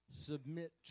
submit